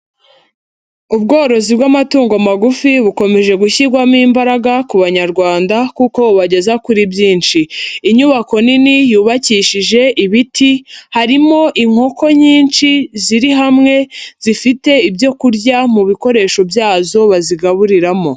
Ubworozi bw'amatungo magufi bukomeje gushyirwamo imbaraga ku Banyarwanda kuko bubageza kuri byinshi, inyubako nini yubakishije ibiti harimo inkoko nyinshi ziri hamwe zifite ibyo kurya mu bikoresho byazo bazigaburiramo.